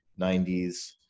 90s